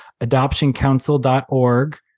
adoptioncouncil.org